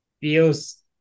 feels